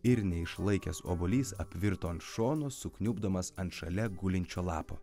ir neišlaikęs obuolys apvirto ant šono sukniubdamas ant šalia gulinčio lapo